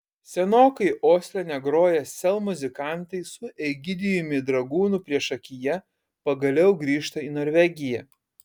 senokai osle negroję sel muzikantai su egidijumi dragūnu priešakyje pagaliau grįžta į norvegiją